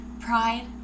Pride